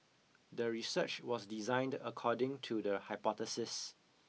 the research was designed according to the hypothesis